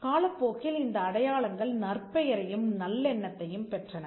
காலப்போக்கில் இந்த அடையாளங்கள் நற்பெயரையும் நல்லெண்ணத்தையும் பெற்றன